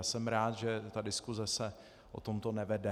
Jsem rád, že ta diskuse se o tomto nevede.